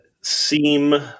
seem